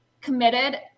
committed